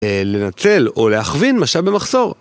לנצל או להכווין משאב במחסור.